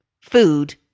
food